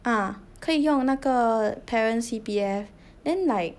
ah 可以用那个 parents C_P_F then like